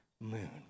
moon